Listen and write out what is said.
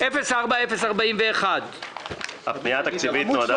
בקשה 04-041 בעמוד 13. הפנייה התקציבית נועדה